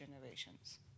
generations